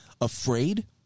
afraid